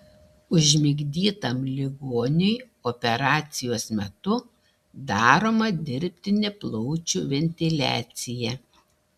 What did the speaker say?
užmigdytam ligoniui operacijos metu daroma dirbtinė plaučių ventiliacija